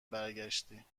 برگشتی